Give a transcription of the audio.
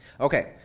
Okay